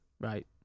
right